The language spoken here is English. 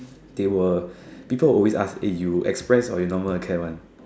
they were people will always ask eh you express or you normal acad [one]